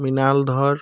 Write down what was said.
মৃণাল ধৰ